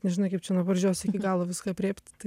nežinai kaip čia nuo pradžios iki galo viską aprėpt tai